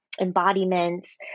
embodiments